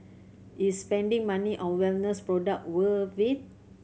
is spending money on wellness product worth it